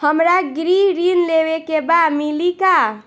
हमरा गृह ऋण लेवे के बा मिली का?